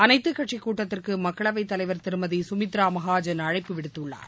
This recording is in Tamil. அனைத்து கட்சி கூட்டத்திற்கு மக்களவை தலைவா் திருமதி கமித்ரா மகாஜன் அழைப்பு விடுத்துள்ளார்